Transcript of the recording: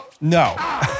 No